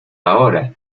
ahora